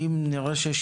אם נראה שיש